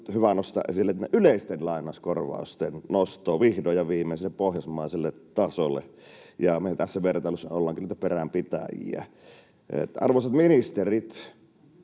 nyt hyvä nostaa esille yleisten lainauskorvausten nosto vihdoin ja viimein sinne pohjoismaiselle tasolle, ja me tässä vertailussa ollaankin niitä peränpitäjiä. Arvoisat ministerit,